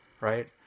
right